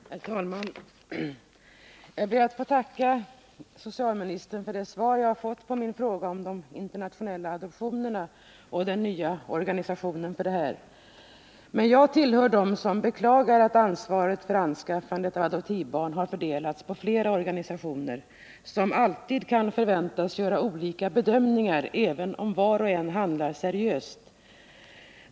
Herr talman! Jag ber att få tacka socialministern för det svar jag har fått på min fråga om de internationella adoptionerna och den nya organisationen för dessa. Jag tillhör dem som beklagar att ansvaret för anskaffandet av adoptivbarn har fördelats på flera organisationer, som alltid kan förväntas göra olika bedömningar, även om var och en handlar seriöst.